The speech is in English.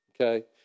Okay